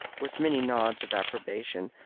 with many nods of approbation.